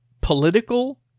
political